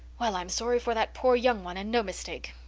well, i'm sorry for that poor young one and no mistake.